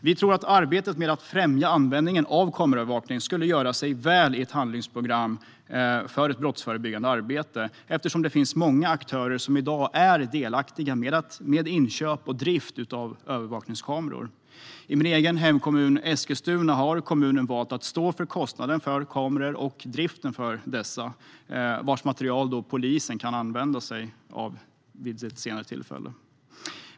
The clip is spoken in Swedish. Vi tror att arbetet med att främja användningen av kameraövervakning skulle göra sig väl i ett handlingsprogram för brottsförebyggande arbete eftersom det finns många aktörer som i dag är delaktiga med inköp och drift av övervakningskameror. I min egen hemkommun Eskilstuna har kommunen valt att stå för kostnaderna för kameror och driften av dessa. Materialet kan polisen använda sig av vid ett senare tillfälle.